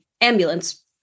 ambulance